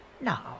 Now